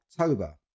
October